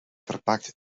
verpakt